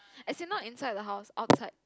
as in not inside the house outside